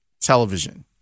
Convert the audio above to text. television